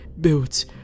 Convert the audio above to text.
built